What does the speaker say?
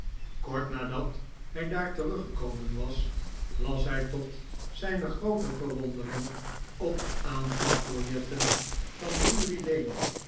kort nadat hij daar teruggekomen was las hij tot zijne groote verwondering op de aanplakbiljetten van